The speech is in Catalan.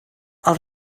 als